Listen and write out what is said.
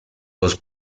los